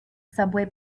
subway